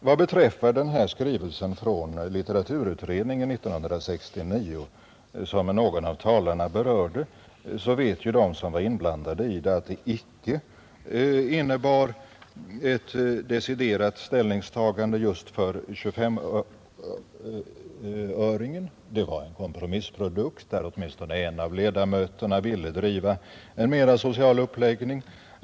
Vad beträffar skrivelsen från litteraturutredningen 1969, som någon av talarna berörde, vet de som var inblandade att den inte innebar ett deciderat ställningstagande just för 25-öringen. Den var en kompromissprodukt, där åtminstone en av ledamöterna ville driva en mera social uppläggning.